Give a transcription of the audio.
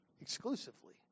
exclusively